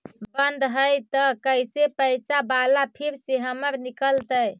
बन्द हैं त कैसे पैसा बाला फिर से हमर निकलतय?